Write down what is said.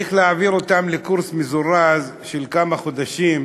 יעבירו אותם קורס מזורז של כמה חודשים,